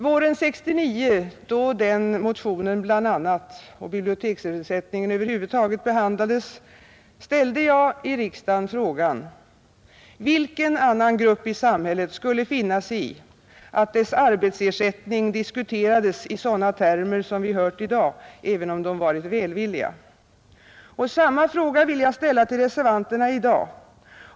Våren 1969, då den motionen bl.a. och biblioteksersättningen över huvud taget behandlades, ställde jag i riksdagen frågan: Vilken annan grupp i samhället skulle finna sig i att dess arbetsersättning diskuterades i sådana termer som vi hört i dag, även om de varit välvilliga? Samma fråga vill jag ställa till reservanterna i dag.